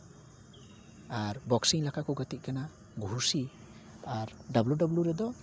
ᱟᱨ boxing ᱞᱮᱠᱟ ᱠᱚ ᱜᱟᱛᱮᱜ ᱠᱟᱱᱟ ᱜᱷᱩᱥᱤ ᱟᱨ ᱰᱟᱵᱞᱩ ᱰᱟᱵᱞᱩ ᱨᱮᱫᱚ